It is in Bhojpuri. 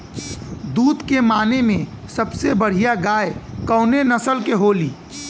दुध के माने मे सबसे बढ़ियां गाय कवने नस्ल के होली?